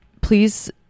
please